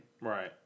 Right